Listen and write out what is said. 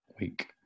week